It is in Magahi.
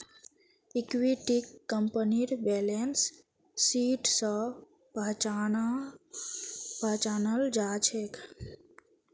इक्विटीक कंपनीर बैलेंस शीट स पहचानाल जा छेक